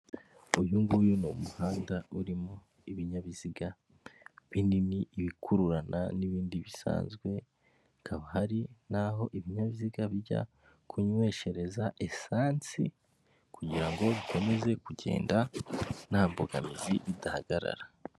Uyu nguyu ni umuhanda urimo ibinyabiziga binini, ibikururana n'ibindi bisanzwe, hakaba hari n'aho ibinyabiziga bijya kunyweshereza esanse kugira ngo bikomeze kugenda nta mbogamizi bidahagarara.